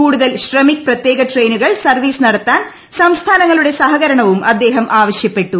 കൂടുതൽ ശ്രമിക് പ്രത്യേക്ക് ട്രെയിനുകൾ സർവ്വീസ് നടത്താൻ സംസ്ഥാനങ്ങളുടെ സഹ്ക്കിർണ്ടവും അദ്ദേഹം ആവശ്യപ്പെട്ടു